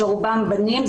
שרובם בנים,